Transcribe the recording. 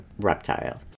reptile